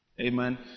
Amen